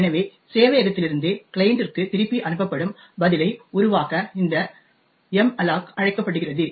எனவே சேவையகத்திலிருந்து கிளையண்டிற்கு திருப்பி அனுப்பப்படும் பதிலை உருவாக்க இந்த மல்லோக் அழைக்கப்படுகிறது